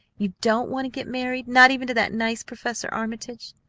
you don't want to get married, not even to that nice professor armitage?